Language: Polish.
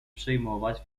przyjmować